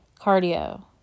cardio